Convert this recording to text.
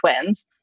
twins